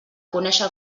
conéixer